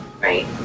Right